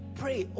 pray